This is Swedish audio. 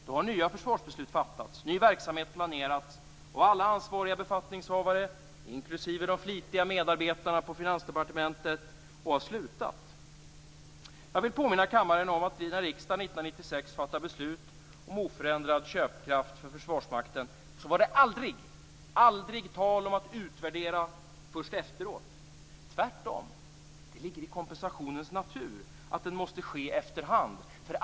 Då har nya försvarsbeslut fattats, ny verksamhet planerats och alla ansvariga befattningshavare - inklusive de flitiga medarbetarna på Finansdepartementet - slutat. Jag vill påminna kammaren om att när riksdagen 1996 fattade beslut om oförändrad köpkraft för Försvarsmakten var det aldrig tal om att utvärdera först efteråt. Tvärtom ligger det i kompensationens natur att den måste ske efter hand.